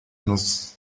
nos